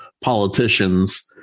politicians